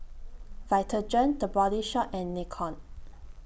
Vitagen The Body Shop and Nikon